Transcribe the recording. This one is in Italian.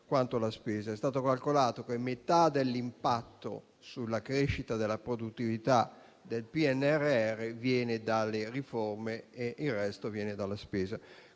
quanto la spesa. È stato calcolato che metà dell'impatto sulla crescita della produttività del PNRR viene dalle riforme e il resto viene dalla spesa.